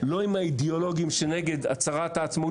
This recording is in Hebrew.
לא עם האידיאולוגיים שנגד הצהרת העצמאות